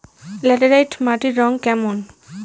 Laterite মাটির রং কেমন?